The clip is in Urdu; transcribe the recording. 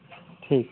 ٹھیک